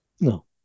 No